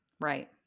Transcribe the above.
Right